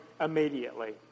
immediately